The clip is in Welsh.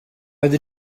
oedd